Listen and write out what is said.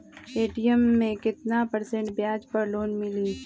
Paytm मे केतना percent ब्याज पर लोन मिली?